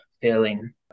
feeling